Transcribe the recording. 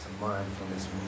mindfulness